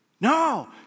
No